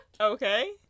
Okay